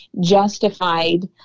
justified